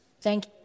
Thank